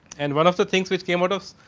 and one of so things which came out of